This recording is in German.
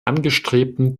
angestrebten